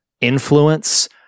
influence